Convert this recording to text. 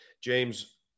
James